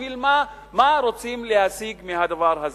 מה רוצים להשיג מזה.